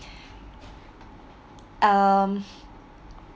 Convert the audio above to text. um